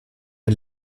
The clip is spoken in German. den